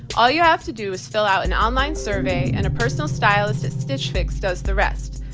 all you have to do is fill out an online survey and a personal stylist at stitch fix does the rest.